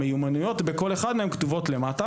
המיומנויות בכל אחד מהם כתובות למטה.